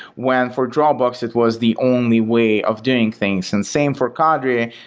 when for dropbox, it was the only way of doing things, and same for cadre,